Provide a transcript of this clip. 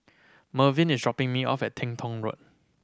Mervin is dropping me off at Teng Tong Road